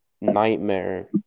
nightmare